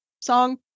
song